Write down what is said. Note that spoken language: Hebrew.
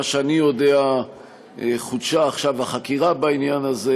שאני יודע חודשה עכשיו החקירה בעניין הזה.